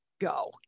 go